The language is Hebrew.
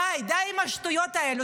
די, די עם השטויות האלה.